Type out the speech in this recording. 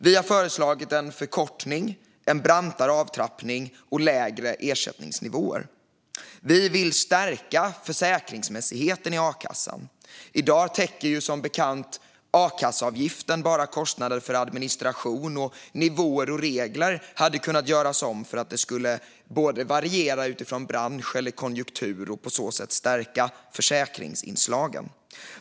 Vi har föreslagit en förkortning, en brantare avtrappning och lägre ersättningsnivåer. Vi vill stärka försäkringsmässigheten i a-kassan. I dag täcker, som bekant, a-kasseavgiften bara kostnader för administration. Nivåer och regler hade kunnat göras om för att de ska variera utifrån bransch eller konjunktur och på så sätt stärka försäkringsinslagen.